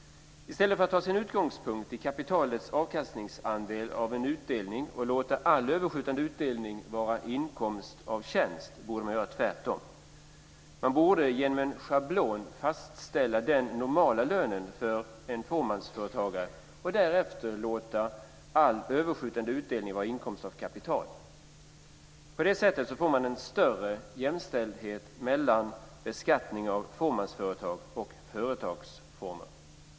I stället för att ha sin utgångspunkt i kapitalets avkastningsandel av en utdelning och låta all överskjutande utdelning vara inkomst av tjänst borde man göra tvärtom. Man borde genom en schablon fastställa den normala lönen för en fåmansföretagare och därefter låta all överskjutande utdelning vara inkomst av kapital. På det sättet får man en större jämställdhet mellan beskattning av fåmansföretag och företagsformer.